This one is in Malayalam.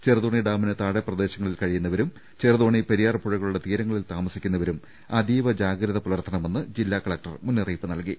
ചെറുതോണി ഡാമിന് താഴെ പ്രദേശങ്ങളിൽ കഴിയുന്നവരും ചെറു തോണി പെരിയാർ പുഴകളുടെ തീരങ്ങളിൽ താമസിക്കുന്നവരും അതീവ ജാഗ്രത് പുലർത്തണമെന്ന് ജില്ലാകലക്ടർ മുന്നറിയിപ്പ് നൽകി